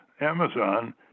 Amazon